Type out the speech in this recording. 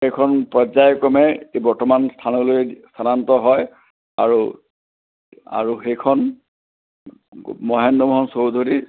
সেইখন পৰ্য্যায় ক্ৰমে বৰ্তমান স্থানলৈ স্থানান্তৰ হয় আৰু আৰু সেইখন মহেন্দ্ৰ মোহন চৌধুৰীৰ